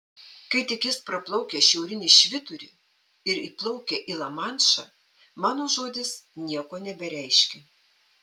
kai tik jis praplaukia šiaurinį švyturį ir įplaukia į lamanšą mano žodis nieko nebereiškia